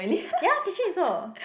ya Catherine also